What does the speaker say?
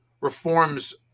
reforms